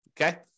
Okay